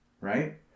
right